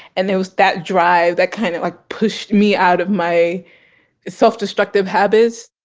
and there was that drive that kind of like pushed me out of my self destructive habits